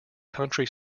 country